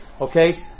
Okay